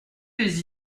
les